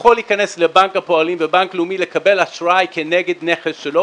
יכול להיכנס לבנק הפועלים ובנק לאומי לקבל אשראי כנגד נכס שלו.